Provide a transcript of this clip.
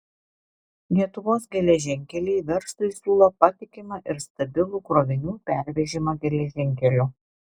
lietuvos geležinkeliai verslui siūlo patikimą ir stabilų krovinių pervežimą geležinkeliu